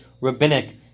rabbinic